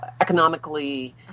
economically